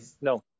No